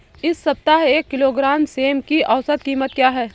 इस सप्ताह एक किलोग्राम सेम की औसत कीमत क्या है?